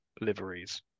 liveries